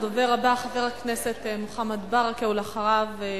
הדובר הבא, חבר הכנסת מוחמד ברכה, ולאחריו,